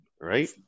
right